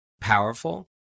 powerful